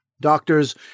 Doctors